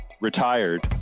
retired